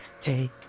take